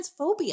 transphobia